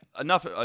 enough